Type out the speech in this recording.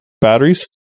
batteries